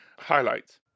highlights